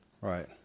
right